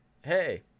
hey